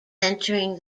entering